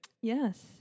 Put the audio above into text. Yes